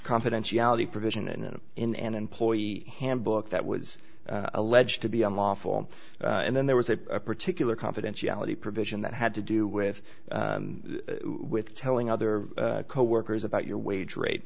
confidentiality provision and in an employee handbook that was alleged to be unlawful and then there was a particular confidentiality provision that had to do with with telling other coworkers about your wage rate